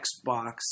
Xbox